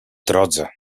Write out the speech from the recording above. drodze